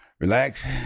relax